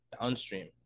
downstream